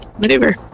maneuver